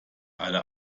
alle